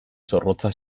zorrotza